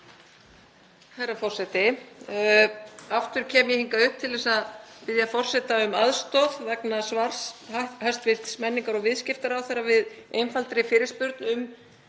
Herra forseti. Aftur kem ég hingað upp til að biðja forseta um aðstoð vegna svars hæstv. menningar og viðskiptaráðherra við einfaldri fyrirspurn um